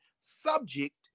subject